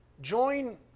Join